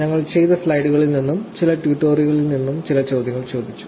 ഞങ്ങൾ ചെയ്ത സ്ലൈഡുകളിൽ നിന്നും ചില ട്യൂട്ടോറിയലുകളിൽ നിന്നും ചില ചോദ്യങ്ങൾ ചോദിച്ചു